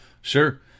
Sure